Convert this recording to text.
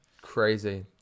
crazy